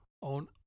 on